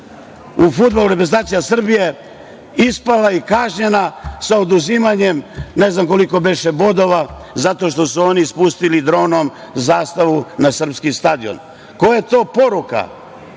da je reprezentacija Srbije u fudbalu ispala i kažnjena sa oduzimanjem, ne znam koliko beše, bodova zato što su oni spustili dronom zastavu na srpski stadion. Koja je to poruka?